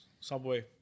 Subway